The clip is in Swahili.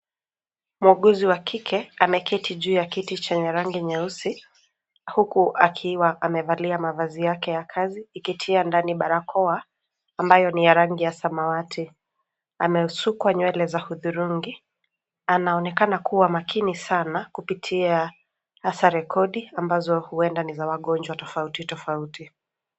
Muuguzi wa kike ameketi juu ya kiti chenye rangi nyeusi huku akiwa amevalia mavazi yake ya kazi ikitia ndani barakoa ambayo ni rangi ya samawati. Amesukwa nywele za hudhurungi. Anaonekana kuwa makini sana kupitia hasa rekodi ambazo huenda ni za wagonjwa tofauti tofauti.